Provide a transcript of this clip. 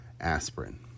Aspirin